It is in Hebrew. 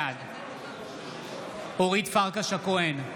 בעד אורית פרקש הכהן,